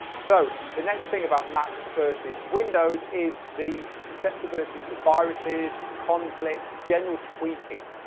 so the next thing about mac versus windows is the susceptibility to viruses, conflicts, general tweaking.